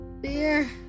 Beer